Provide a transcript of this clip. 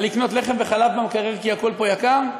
על לקנות לחם וחלב במקרר כי הכול פה יקר?